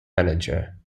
manager